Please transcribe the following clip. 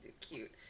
cute